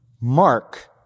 Mark